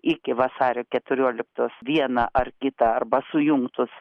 iki vasario keturioliktos vieną ar kitą arba sujungtus